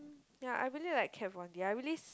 ya I really like Kat-Von-D I really